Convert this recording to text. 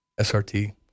SRT